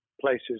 places